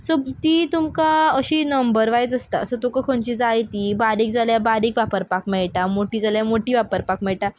so ती तुमकां अशी नंबर वायज आसता सो तुका खंयची जाय ती बारीक जाल्या बारीक वापरपाक मेळटा मोटी जाल्या मोटी वापरपाक मेळटा